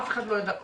אף אחד לא ידע כלום.